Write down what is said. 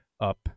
up